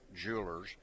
Jewelers